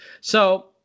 So-